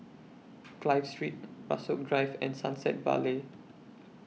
Clive Street Rasok Drive and Sunset Vale